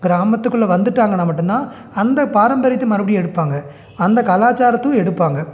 கிராமத்துக்குள்ளே வந்துட்டாங்கன்னால் மட்டுந்தான் அந்த பாரம்பரியத்தை மறுபடி எடுப்பாங்க அந்த கலாச்சாரத்தும் எடுப்பாங்க